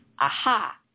Aha